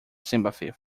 sympathy